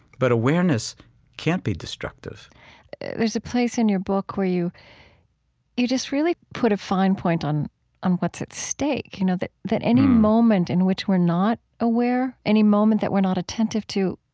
but awareness can't be destructive there's a place in your book where you you just really put a fine point on on what's at stake. you know, that that any moment in which we're not aware, any moment that we're not attentive to,